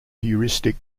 heuristic